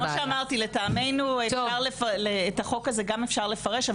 כמו שאמרתי, לטעמנו, גם את החוק הזה אפשר לפרש.